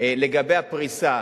לגבי הפריסה,